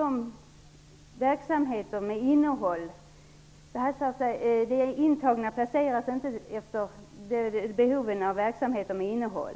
skapa verksamheter med innehåll. De intagna placeras inte efter sitt behov av verksamhet med innehåll.